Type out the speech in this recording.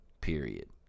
period